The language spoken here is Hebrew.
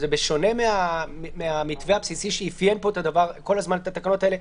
וזה בשונה מהמתווה הבסיסי שאפיין כל הזמן את התקנות האלה,